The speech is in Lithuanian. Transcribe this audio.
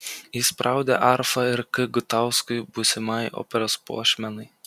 įspraudė arfą ir k gutauskui būsimajai operos puošmenai